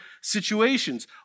situations